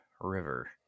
River